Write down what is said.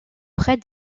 près